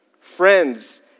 friends